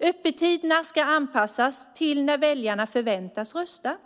Öppettiderna ska anpassas till när väljarna förväntas rösta.